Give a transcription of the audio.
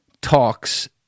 talks